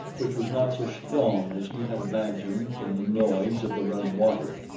which was not so strong as he had imagined from the noise of the running water.